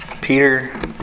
Peter